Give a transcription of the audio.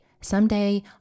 someday